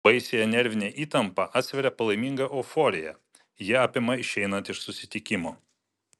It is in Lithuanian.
baisiąją nervinę įtampą atsveria palaiminga euforija ji apima išeinant iš susitikimo